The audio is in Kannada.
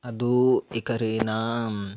ಅದು ಇಕರೇ ನಾ